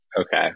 Okay